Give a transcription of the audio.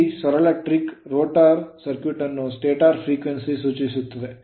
ಈ ಸರಳ trick rotor circuit ಅನ್ನು ಸ್ಟಾಟರ್ frequency ಆವರ್ತನಕ್ಕೆ ಸೂಚಿಸುತ್ತದೆ